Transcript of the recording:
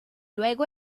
luego